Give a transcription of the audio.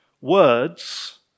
Words